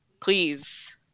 Please